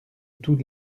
tous